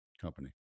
company